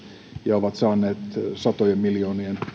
ja ovat saaneet satojen miljoonien